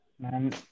man